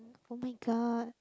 oh-my-god